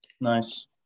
nice